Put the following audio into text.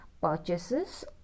purchases